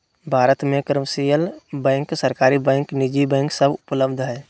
भारत मे commercial bank, सरकारी bank, निजी बैंक सब उपलब्ध हय